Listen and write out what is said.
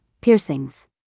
Piercings